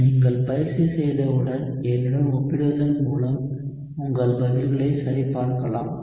நீங்கள் பயிற்சி செய்தவுடன் என்னுடன் ஒப்பிடுவதன் மூலம் உங்கள் பதில்களை சரிபார்க்கலாம்